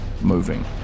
moving